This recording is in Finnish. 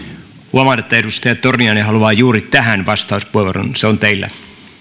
että edustaja torniainen haluaa juuri tähän vastauspuheenvuoron se on teillä